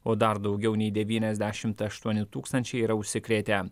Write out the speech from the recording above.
o dar daugiau nei devyniasdešimt aštuoni tūkstančiai yra užsikrėtę